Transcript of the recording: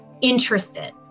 interested